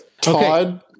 Todd